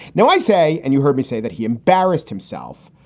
now, i say and you heard me say that he embarrassed himself.